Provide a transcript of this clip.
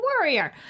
warrior